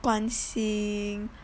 关心